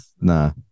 Nah